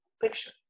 Picture